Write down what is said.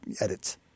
edits